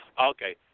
Okay